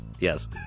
Yes